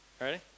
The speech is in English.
ready